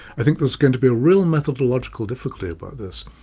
i think there's going to be a real methodological difficulty about this.